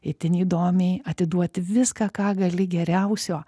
itin įdomiai atiduoti viską ką gali geriausio